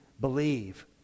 believe